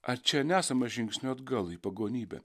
ar čia nesama žingsniu atgal į pagonybę